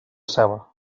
ceba